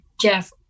Jeff